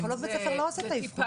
פסיכולוג בית ספר לא עושה את האבחונים.